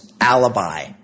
alibi